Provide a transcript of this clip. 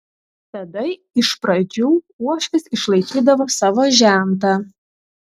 tada iš pradžių uošvis išlaikydavo savo žentą